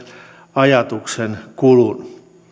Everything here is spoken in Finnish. ajatuksenkulun